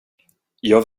jag